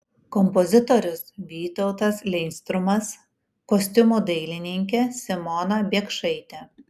kompozitorius vytautas leistrumas kostiumų dailininkė simona biekšaitė